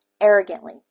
arrogantly